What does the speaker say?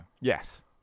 Yes